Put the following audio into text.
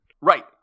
Right